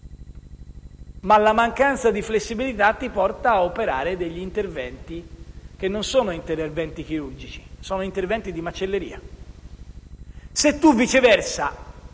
ma la mancanza di flessibilità ti porta ad operare interventi che non sono chirurgici, ma sono interventi di macelleria. Se, viceversa,